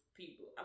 people